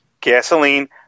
gasoline